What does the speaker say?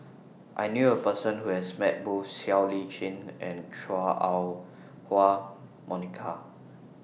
I knew A Person Who has Met Both Siow Lee Chin and Chua Ah Huwa Monica